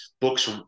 books